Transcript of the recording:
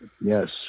Yes